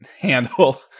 handle